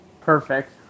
Perfect